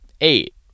eight